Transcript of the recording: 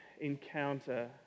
encounter